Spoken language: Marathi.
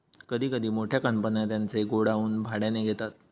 कधी कधी मोठ्या कंपन्या त्यांचे गोडाऊन भाड्याने घेतात